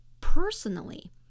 personally